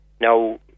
Now